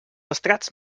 estrats